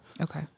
Okay